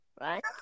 right